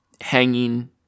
hanging